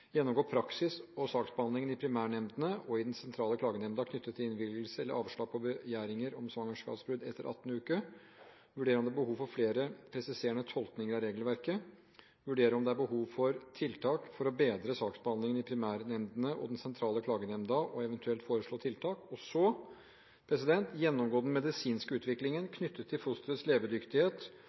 gjennomgå praksis og saksbehandlingen i primærnemndene og i den sentrale klagenemnda knyttet til innvilgelse eller avslag på begjæringer om svangerskapsavbrudd etter 18. svangerskapsuke vurdere om det er behov for flere presiserende tolkninger av regelverket vurdere om det er behov for tiltak for å bedre saksbehandlingen i primærnemndene og den sentrale klagenemnda, og eventuelt foreslå tiltak gjennomgå den medisinske utviklingen knyttet til fosterets levedyktighet og